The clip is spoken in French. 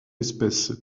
espèce